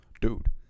Dude